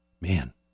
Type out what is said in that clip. man